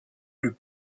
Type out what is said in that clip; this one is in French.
plus